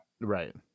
Right